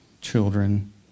Children